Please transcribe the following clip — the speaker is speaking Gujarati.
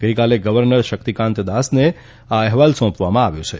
ગઈકાલે ગવર્નર શકિતકાંતદાસને આ અહેવાલ સોંપવામાં આવ્યો છે